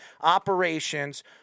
operations